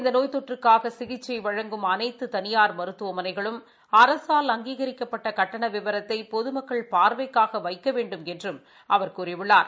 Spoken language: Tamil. இந்த நோய் தொற்றுக்காக சிகிச்சை வழங்கும் அனைத்து தனியார் மருத்துவமனைகளும் அரசால் அங்கீகரிக்கப்பட்ட கட்டண விவரத்தை பொதுமக்கள் பார்வைக்காக வைக்க வேண்டுமென்றும் அவர் கூறியுள்ளார்